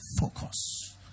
focus